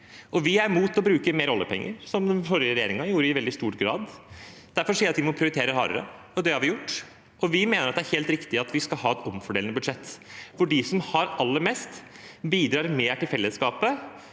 vi er mot å bruke mer oljepenger, noe den forrige regjeringen gjorde i veldig stor grad. Derfor sier jeg at vi må prioritere hardere, og det har vi gjort, for vi mener det er helt riktig at vi skal ha et omfordelende budsjett, hvor de som har aller mest, bidrar mer til fellesskapet